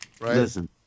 Listen